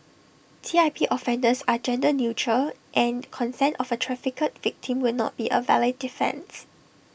T I P offences are gender neutral and consent of A trafficked victim will not be A valid defence